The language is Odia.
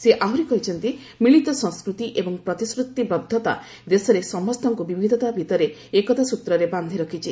ସେ ଆହୁରି କହିଛନ୍ତି ମିଳିତ ସଂସ୍କୃତି ଏବଂ ପ୍ରତିଶ୍ରତିବଦ୍ଧତା ଦେଶରେ ସମସ୍ତଙ୍କୁ ବିବଧତା ଭିତରେ ଏକତା ସ୍ବତ୍ରରେ ବାନ୍ଧି ରଖିଛି